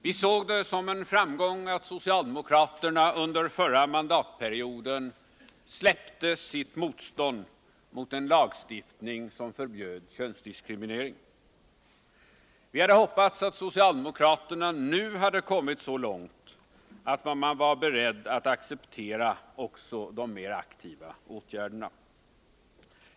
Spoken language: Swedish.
Vi såg det som en framgång att socialdemokraterna under förra mandatperioden släppte sitt motstånd mot en lagstiftning som förbjöd könsdiskriminering. Vi hade hoppats att socialdemokraterna nu hade kommit så långt att de var beredda att acceptera också de mer aktiva Nr 52 åtgärderna.